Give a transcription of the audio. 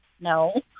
no